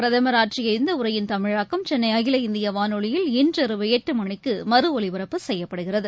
பிரதமர் ஆற்றிய இந்தஉரையின் தமிழாக்கம் சென்னைஅகில இந்தியவானொலியில் இன்றிரவு எட்டுமணிக்கு மறு ஒலிபரப்பு செய்யப்படுகிறது